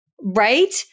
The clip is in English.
Right